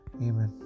Amen